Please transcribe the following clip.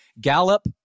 Gallup